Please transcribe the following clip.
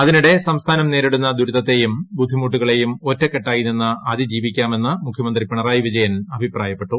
അതിനിടെ സംസ്ഥാനം നേരിടുന്ന ദുരിതത്തെയും ബുദ്ധിമുട്ടുകളെയും ഒറ്റക്കെട്ടായി നിന്ന് അതിജീവിക്കാമെന്ന് മുഖ്യമന്ത്രി പിണറായി വിജയൻ അഭിപ്രായപ്പെട്ടു